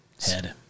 Head